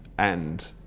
and.